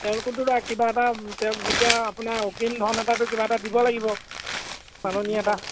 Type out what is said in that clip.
তেওঁলোকোতো কিবা এটা তেওঁ এতিয়া আপোনাৰ অগ্ৰিম ধন এটাটো কিবা এটা দিব লাগিব মাননি এটা